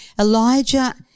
Elijah